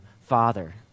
Father